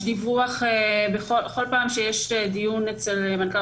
יש דיווח בכל פעם כשיש דיון אצל מנכ"ל